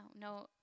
no